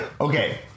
Okay